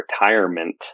retirement